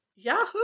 Yahoo